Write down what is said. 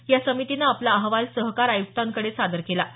या समितीने आपला अहवाल सहकार आयुक्तांकडे सादर केला आहे